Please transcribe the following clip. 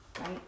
right